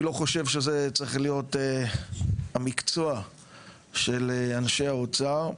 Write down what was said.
אני לא חושב שזה צריך להיות המקצוע של אנשי האוצר,